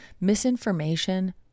misinformation